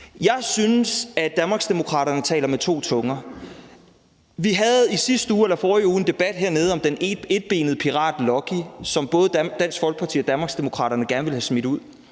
Danmarksdemokraterne taler med to tunger. Vi havde i sidste uge eller i forrige uge en debat hernede om den etbenede pirat Lucky, som både Dansk Folkeparti og Danmarksdemokraterne gerne ville have smidt ud.